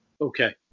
Okay